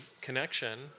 connection